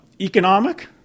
economic